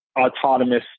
autonomous